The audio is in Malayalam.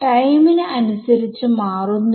ഇപ്പോൾ ചോദ്യം എന്തായി മാറും